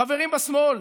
חברים בשמאל,